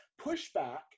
pushback